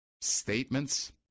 statements